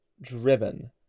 driven